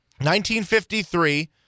1953